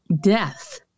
death